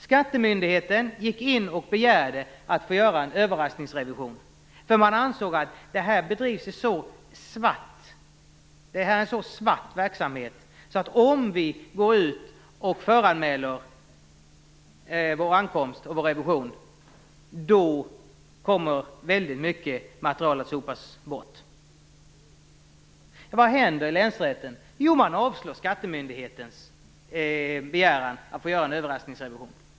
Skattemyndigheten gick in och begärde att få göra en överraskningsrevision, då man ansåg att det här var en så svart verksamhet att om man föranmälde sin ankomst och revision skulle väldigt mycket material sopas bort. Vad händer i länsrätten? Jo, man avslår skattemyndighetens begäran.